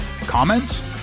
Comments